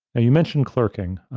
and you mentioned clerking,